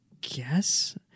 guess